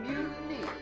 Mutiny